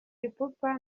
ipupa